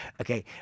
Okay